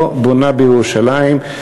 לא בונה בירושלים.